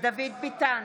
דוד ביטן,